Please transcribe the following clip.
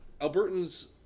Albertans